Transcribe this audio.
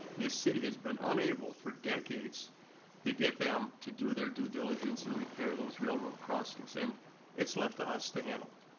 this city has been unable for decades to get them to do their due diligence and repair those railroad crossings. and it's left to us to handle,